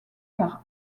par